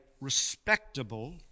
respectable